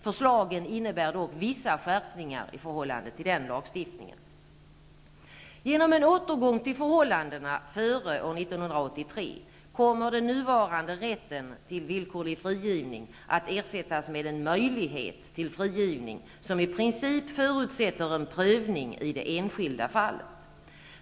Förslagen innebär dock vissa skärpningar i förhållande till den lagstiftningen. Genom en återgång till förhållandena före år 1983 kommer den nuvarande rätten till villkorlig frigivning att ersättas med en möjlighet till frigivning som i princip förutsätter en prövning i det enskilda fallet.